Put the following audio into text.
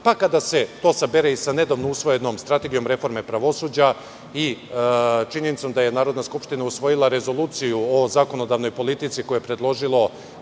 pa kada se to sabere i sa nedavno usvojenom Strategijom reforme pravosuđa, i činjenicom da je Narodna skupština usvojila Rezoluciju o zakonodavnoj politici, što je predložilo